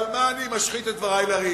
אבל מה אני משחית את דברי לריק?